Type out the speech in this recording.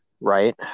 Right